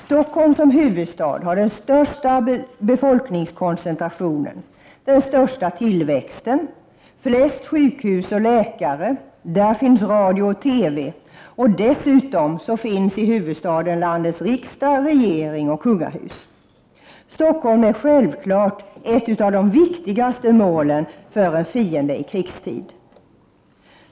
Stockholm som huvudstad har den största befolkningskoncentrationen, den största tillväxten, flest sjukhus och läkare, radio och TV. Dessutom finns i huvudstaden landets riksdag, regering och kungahus. Stockholm är självfallet ett av de viktigaste målen för en fiende i krigstid.